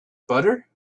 butter